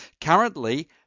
Currently